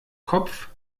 kopf